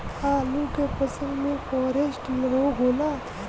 आलू के फसल मे फारेस्ट रोग होला?